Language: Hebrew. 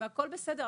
והכל בסדר,